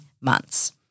months